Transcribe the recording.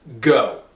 go